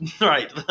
Right